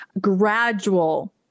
gradual